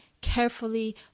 carefully